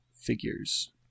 figures